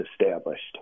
established